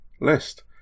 list